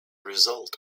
result